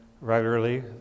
regularly